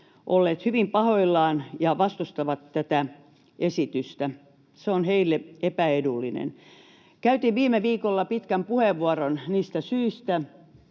olleet hyvin pahoillaan ja vastustavat tätä esitystä. Se on heille epäedullinen. Käytin viime viikolla pitkän puheenvuoron niistä syistä,